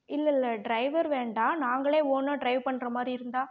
இல்லைல்ல டிரைவர் வேண்டாம் நாங்களே ஓனாக டிரைவ் பண்ணுற மாதிரி இருந்தால்